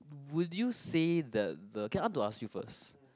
would you say that the K I want to ask you first